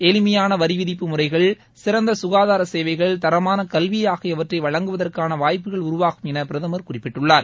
எளிமையாள வரி விதிப்பு முறைகள் சிறந்த சுகாதார சேவைகள் தரமாள கல்வி ஆகியவற்றை வழங்குவதற்கான வாய்ப்புகள் உருவாகும் என பிரதமர் குறிப்பிட்டுள்ளார்